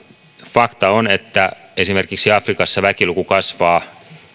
fakta on että esimerkiksi afrikassa väkiluku kasvaa